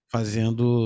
Fazendo